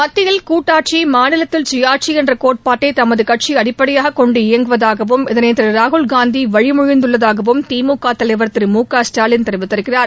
மத்தியில் கூட்டாட்சி மாநிலத்தில் குயாட்சிஎன்றகோட்பாட்டைதமதுகட்சிஅடிப்படையாகக் கொண்டு இயங்குவதாகவும் இதனைதிருராகுல்காந்திவழிமொழிந்துள்ளதாகவும் திமுகதலைவர் திரு மு க ஸ்டாலின் கூறியிருக்கிறார்